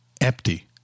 empty